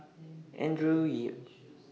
Andrew Yip